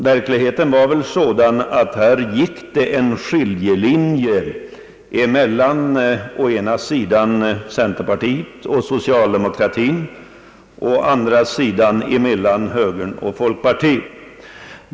Verkligheten var väl sådan att det gick en skiljelinje mellan å ena sidan centerpartiet och socialdemokratien och å andra sidan högern och folkpartiet.